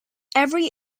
every